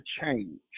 change